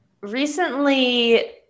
recently